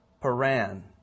Paran